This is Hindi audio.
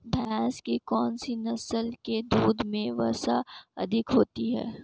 भैंस की कौनसी नस्ल के दूध में वसा अधिक होती है?